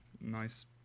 nice